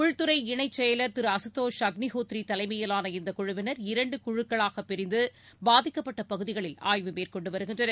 உள்துறை இணைச் செயலர் திரு அசுதோஷ் அக்னிஹோத்ரிதலைமையிலான இந்தக் குழுவினர் இரண்டுகுழுக்களாகப் பிரிந்து பாதிக்கப்பட்டபகுதிகளில் ஆய்வு மேற்கொண்டுவருகின்றனர்